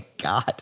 God